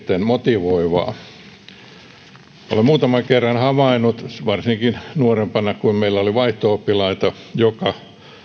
motivoivaa olen muutaman kerran havainnut varsinkin nuorempana kun meillä oli vaihto oppilaita joka